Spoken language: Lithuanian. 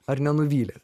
ar nenuvylė